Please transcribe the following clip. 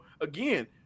again